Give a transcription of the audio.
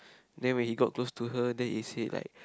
then when he got close to her then he said like